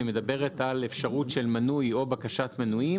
והיא מדברת על אפשרות של מינוי או בקשת מינויים.